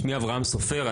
שמי אברהם סופר,